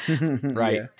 Right